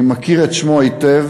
אני מכיר את שמו היטב,